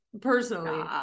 personally